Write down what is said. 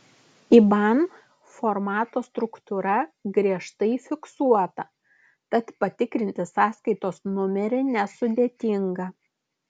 iban formato struktūra griežtai fiksuota tad patikrinti sąskaitos numerį nesudėtinga